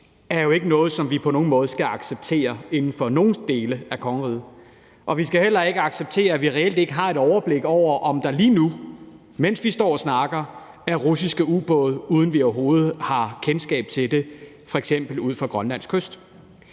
er jo ikke noget, som vi på nogen måde skal acceptere inden for nogen dele af kongeriget. Vi skal heller ikke acceptere, at vi reelt ikke har et overblik over, om der lige nu, mens vi står og snakker, er russiske ubåde, uden vi overhovedet har kendskab til det, f.eks. ud for Grønlands kyst.